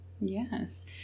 Yes